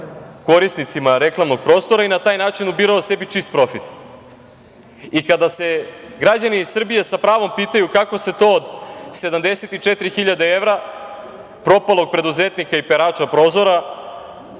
korisnicima reklamnog prostora i na taj način ubirao sebi čist profit. Kada se građani Srbije sa pravom pitaju kako se to od 74.000 evra propalog preduzetnika i perača prozora,